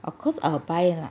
of course I will buy lah